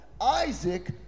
Isaac